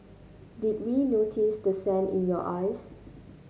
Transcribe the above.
did we notice the sand in your eyes